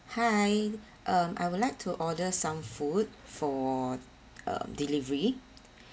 hi um I would like to order some food for uh delivery